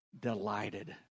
delighted